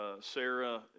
Sarah